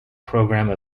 programme